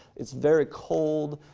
it's very cold,